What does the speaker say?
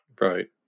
Right